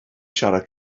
siarad